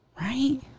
Right